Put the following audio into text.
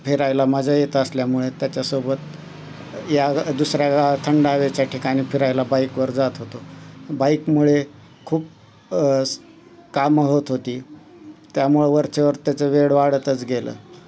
फिरायला मजा येत असल्यामुळे त्याच्यासोबत या ग दुसऱ्या गावात थंड हवेच्या ठिकाणी फिरायला बाईकवर जात होतो बाईकमुळे खूप कामं होत होती त्यामुळं वरचेवर त्याचं वेड वाढतच गेलं